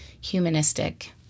humanistic